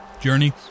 journey